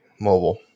mobile